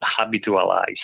habitualize